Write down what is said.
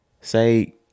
Say